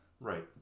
right